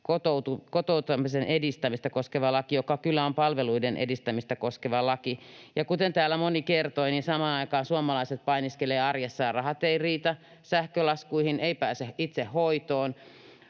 kotouttamisen edistämistä koskeva laki, joka kyllä on palveluiden edistämistä koskeva laki. Kuten täällä moni kertoi, niin samaan aikaan suomalaiset painiskelevat arjessa — rahat eivät riitä sähkölaskuihin, ei pääse itse hoitoon,